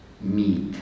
meet